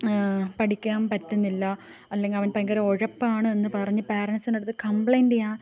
പഠിക്കാൻ പറ്റുന്നില്ല അല്ലെങ്കിൽ അവൻ ഭയങ്കര ഒഴപ്പാണ് എന്നു പറഞ്ഞ് പാരെൻസിൻറ്റടുത്ത് കംപ്ലയിൻറ്റ് ചെയ്യാൻ